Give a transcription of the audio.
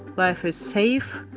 life is safe,